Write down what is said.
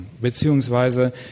Beziehungsweise